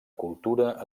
cultura